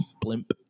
blimp